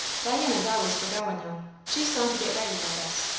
diana's always for goin', though she's gone to get ready, i guess.